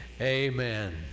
amen